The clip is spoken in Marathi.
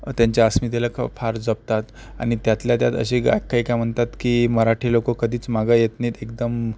त्यांच्या अस्मितेला फार जपतात आणि त्यातल्या त्यात असे काही काही म्हणतात की मराठी लोकं कधीच मागं येत नाहीत एकदम